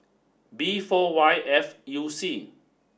B four Y F U C